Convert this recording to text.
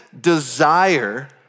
desire